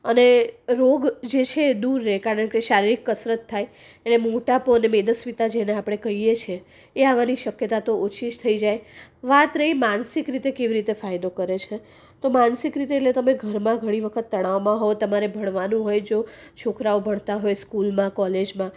અને રોગ જે છે એ દૂર રહે કારણ કે શારીરિક કસરત થાય અને મોટાપો અને મેદસ્વીતા જેને આપણે કહીયે છીએ એ આવવાની શક્યતા તો ઓછી જ થઈ જાય વાત રહી માનસિક રીતે કેવી રીતે ફાયદો કરે છે તો માનસિક રીતે તમે ઘરમાં ઘણી વખત તણાવમાં હો તમારે ભણવાનું હોય જો છોકરાઓ ભણતા હોય સ્કૂલમાં કોલેજમાં